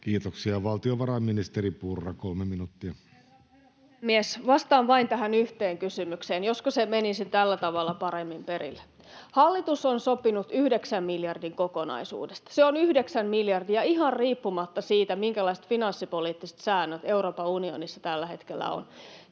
Kiitoksia. — Valtiovarainministeri Purra, kolme minuuttia. Herra puhemies! Vastaan vain tähän yhteen kysymykseen. Josko se menisi tällä tavalla paremmin perille: Hallitus on sopinut yhdeksän miljardin kokonaisuudesta. Se on yhdeksän miljardia ihan riippumatta siitä, minkälaiset finanssipoliittiset säännöt Euroopan unionissa tällä hetkellä on.